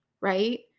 right